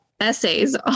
essays